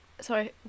Sorry